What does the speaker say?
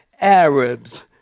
Arabs